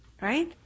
Right